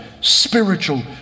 spiritual